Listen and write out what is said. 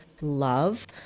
love